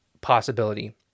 possibility